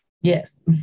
Yes